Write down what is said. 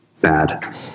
bad